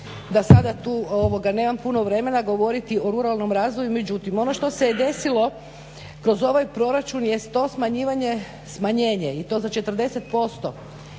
da sada tu nemam puno vremena govoriti o ruralnom razvoju međutim ono što se je desilo kroz ovaj proračun jest to smanjenje i to za 40%